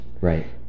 Right